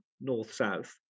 north-south